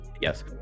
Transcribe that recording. yes